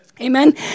Amen